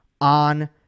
on